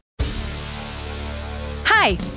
Hi